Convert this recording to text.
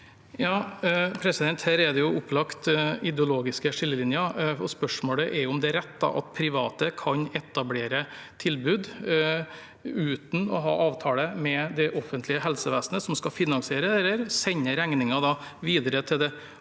Gram Her er det opplagt ideologiske skillelinjer, og spørsmålet er da om det er rett at private kan etablere tilbud uten å ha avtale med det offentlige helsevesenet, som skal finansiere det, og sende regningen videre til det